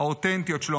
האותנטיות שלו,